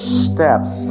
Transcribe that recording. steps